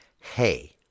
hey